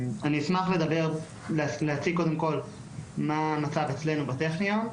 אני אשמח להציג קודם כל מה המצב אצלנו בטכניון.